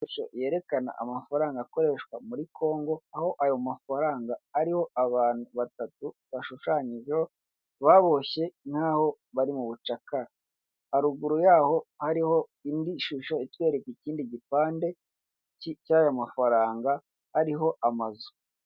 Ishusho yerekana amafaranga akoreshwa muri Kongo aho ayo mafaranga ariho abantu batatu bashushanyijeho baboshye nkaho bari mu bucakara, haruguru yaho hariho indi shusho itwereka ikindi gipande cy'aya mafaranga hariho amazu.